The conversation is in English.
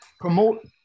promote